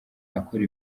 akora